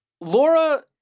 Laura